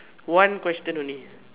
one question only